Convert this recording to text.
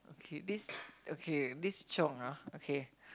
okay this okay this Chong ah okay